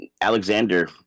Alexander